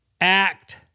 act